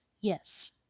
Yes